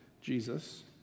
Jesus